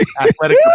athletic